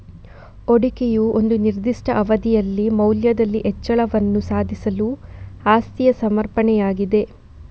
ಹೂಡಿಕೆಯು ಒಂದು ನಿರ್ದಿಷ್ಟ ಅವಧಿಯಲ್ಲಿ ಮೌಲ್ಯದಲ್ಲಿ ಹೆಚ್ಚಳವನ್ನು ಸಾಧಿಸಲು ಆಸ್ತಿಯ ಸಮರ್ಪಣೆಯಾಗಿದೆ